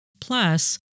Plus